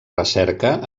recerca